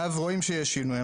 מאז רואים שיש שינוי,